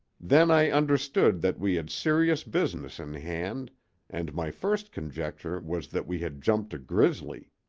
then i understood that we had serious business in hand and my first conjecture was that we had jumped a grizzly.